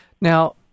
Now